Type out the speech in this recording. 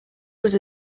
was